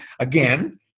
again